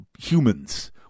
humans